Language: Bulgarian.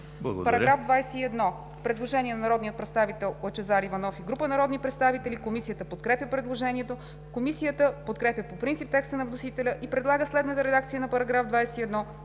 По § 21 има предложение на народния представител Лъчезар Иванов и група народни представители. Комисията подкрепя предложението. Комисията подкрепя по принцип текста на вносителя и предлага следната редакция на § 21,